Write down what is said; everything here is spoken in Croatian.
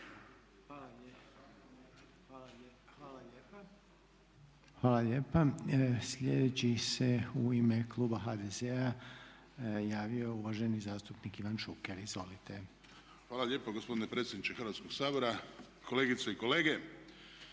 Hvala lijepa. Sljedeći se u ime kluba HDZ-a javio uvaženi zastupnik Ivan Šuker, izvolite. **Šuker, Ivan (HDZ)** Hvala lijepo gospodine predsjedniče Hrvatskog sabora, kolegice i kolege.